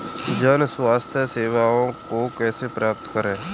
जन स्वास्थ्य सेवाओं को कैसे प्राप्त करें?